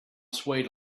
swayed